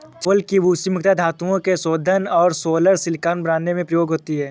चावल की भूसी मुख्यता धातुओं के शोधन और सोलर सिलिकॉन बनाने में प्रयोग होती है